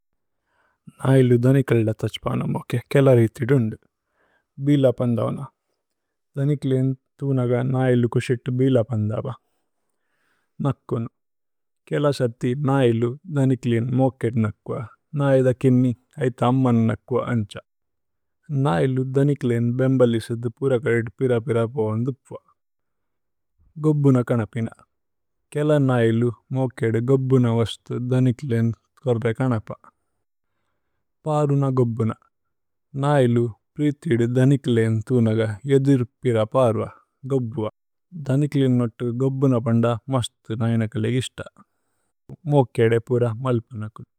നൈലു ധനിക്ലേദ തഛ്പനമോകേ കേല രിതി ദുന്ദു। ഭില പന്ദവന ധനിക്ല്ēന് തുനഗ നൈലു കുശിത്। ബില പന്ദവ നക്കുനു കേല സതി നൈലു ധനിക്ല്ēന്। മോകേദ് നക്വ നൈദ കിന്നി ഐത അമ്മന് നക്വ അന്ഛ। നൈലു ധനിക്ല്ēന് ബേമ്ബലിസിദ്ദു പുരകദിത്। പിരപിരപോവന്ദുപ്വ ഗോബ്ബുന കനപിന കേല നൈലു। മോകേദ് ഗോബ്ബുന വസ്തു ധനിക്ല്ēന് കോര്രേ കനപ। പരുന ഗോബ്ബുന നൈലു പ്രിതിദു ധനിക്ല്ēന് തുനഗ। യദിര്പിരപര്വ ഗോബ്ബ്വ ധനിക്ല്ēന് നോതു ഗോബ്ബുന പന്ദ। മസ്തു നൈനകലേ ഇസ്ത മോകേദേപുര മല്പന കു।